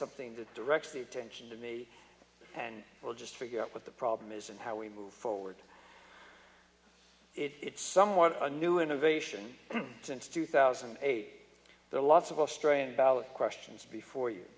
something that directs the attention to me and we'll just figure out what the problem is and how we move forward it's somewhat a new innovation since two thousand and eight there are lots of australian ballot questions before you